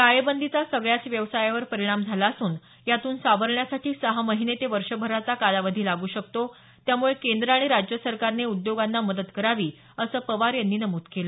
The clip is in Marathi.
टाळेबंदीचा सगळ्याच व्यवसायावर परिणाम झाला असून यातून सावरण्यासाठी सहा महिने ते वर्षभराचा कालावधी लागू शकतो त्यामुळे केंद्र आणि राज्य सरकारने उद्योगांना मदत करावी असं पवार यांनी नमूद केलं